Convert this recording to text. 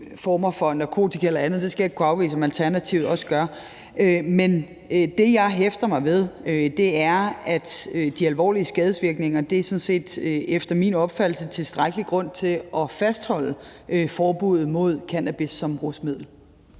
form for narkotika eller andet – det skal jeg ikke kunne afvise at Alternativet også gør. Men det, jeg hæfter mig ved, er de alvorlige skadesvirkninger, som sådan set efter min opfattelse er tilstrækkelig grund til at fastholde forbuddet mod cannabis som rusmiddel.